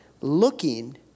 looking